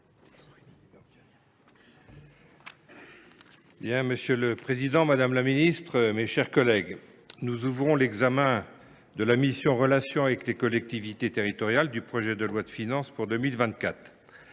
Monsieur le président, madame la ministre, mes chers collègues, nous commençons l’examen de la mission « Relations avec les collectivités territoriales » du projet de loi de finances pour 2024.